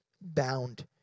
bound